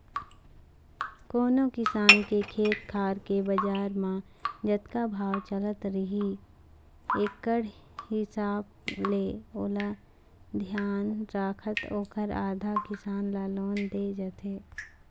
कोनो किसान के खेत खार के बजार म जतका भाव चलत रही एकड़ हिसाब ले ओला धियान रखत ओखर आधा, किसान ल लोन दे जाथे